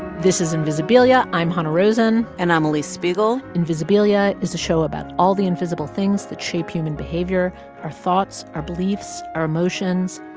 this is invisibilia. i'm hanna rosin and i'm alix spiegel invisibilia is a show about all the invisible things that shape human behavior our thoughts, our beliefs, our emotions.